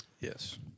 Yes